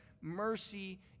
mercy